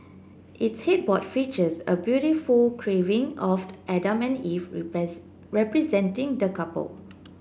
its headboard features a beautiful carving of Adam and Eve repress representing the couple